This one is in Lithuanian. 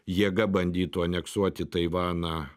jėga bandytų aneksuoti taivaną